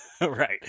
Right